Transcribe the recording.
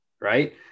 right